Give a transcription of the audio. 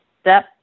step